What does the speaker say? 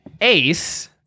ace